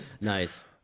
Nice